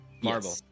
Marble